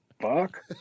fuck